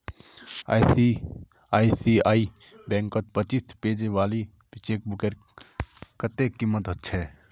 ICICI बैंकत पच्चीस page वाली चेकबुकेर कत्ते कीमत छेक